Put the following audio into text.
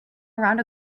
around